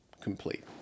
complete